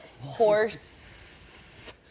Horse